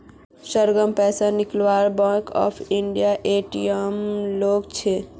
सरगम पैसा निकलवा बैंक ऑफ इंडियार ए.टी.एम गेल छ